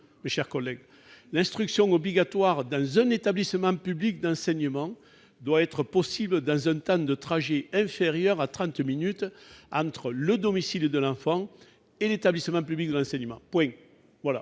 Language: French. lecture :« L'instruction obligatoire dans un établissement public d'enseignement doit être possible dans un temps de trajet inférieur à trente minutes entre le domicile de l'enfant et l'établissement public d'enseignement. » Cela